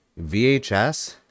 VHS